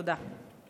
תודה.